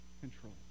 control